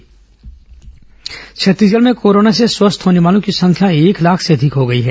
corona स्वस्थ छत्तीसगढ़ में corona से स्वस्थ होने वालों की संख्या एक लाख से अधिक हो गई है